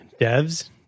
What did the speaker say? Devs